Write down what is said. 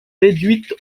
réduite